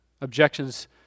objections